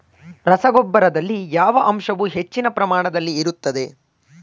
ರಸಗೊಬ್ಬರದಲ್ಲಿ ಯಾವ ಅಂಶವು ಹೆಚ್ಚಿನ ಪ್ರಮಾಣದಲ್ಲಿ ಇರುತ್ತದೆ?